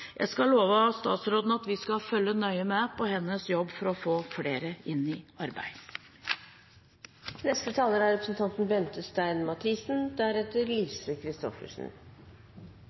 Jeg skal love statsråden at vi skal følge nøye med på hennes jobb for å få flere i arbeid. Regjeringen har lagt frem et offensivt budsjett for arbeid, aktivitet og omstilling, og det er